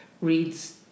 reads